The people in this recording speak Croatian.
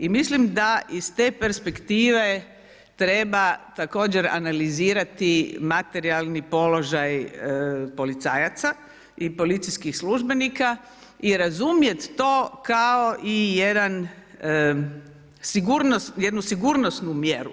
I mislim da iz te perspektive treba također analizirati materijalni položaj policajaca i policijskih službenika i razumjet to kao i jednu sigurnosnu mjeru.